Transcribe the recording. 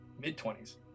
Mid-20s